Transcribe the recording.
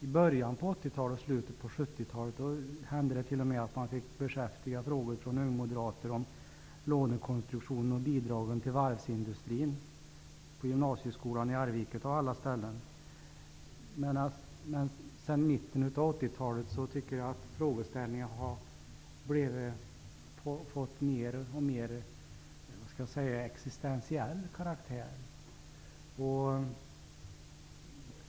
I slutet på 70-talet och början på 80-talet hände det t.o.m. att man fick beskäftiga frågor från ungmoderater om lånekonstruktionen och bidragen till varvsindustrin. Detta skedde på gymnasieskolan i Arvika av alla ställen. Sedan mitten av 80-talet tycker jag att frågorna mer och mer har blivit av existentiell karaktär.